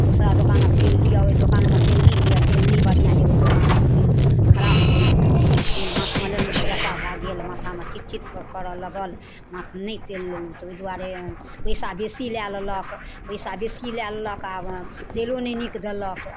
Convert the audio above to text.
दूसरा दुकानके तेल लिअ ओहि दोकानमे तेल नहि लिअ तेल नहि बढ़िआँ यऽ ओहि दोकानक तेल खराब होइया तेल माथमे लेलहुॅं तऽ जट्टा भऽ गेल माथा मे चिटचिट करऽ लगल माथ नहि तेल लेलहुॅं तऽ ओहि दुआरे पइसा बेसी लै लेलक पइसा बेसी लै लेलक आब तेलो नहि नीक देलक